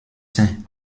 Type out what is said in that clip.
sains